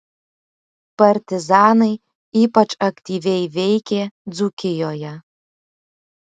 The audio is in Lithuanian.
partizanai ypač aktyviai veikė dzūkijoje